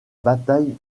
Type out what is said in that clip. bataille